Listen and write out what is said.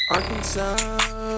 Arkansas